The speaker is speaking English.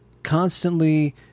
constantly